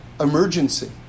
emergency